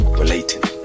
relating